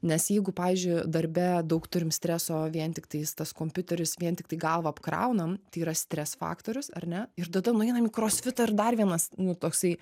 nes jeigu pavyzdžiui darbe daug turim streso vien tiktais tas kompiuteris vien tiktai galvą apkraunam tai yra stres faktorius ar ne ir tada nueinam į krosfitą ir dar vienas nu toksai